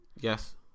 Yes